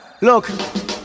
look